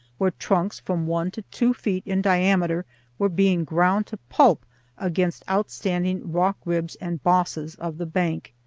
where trunks from one to two feet in diameter were being ground to pulp against outstanding rock-ribs and bosses of the bank.